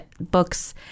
books